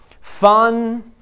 fun